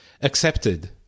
accepted